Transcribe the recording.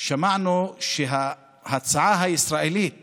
שמענו שההצעה הישראלית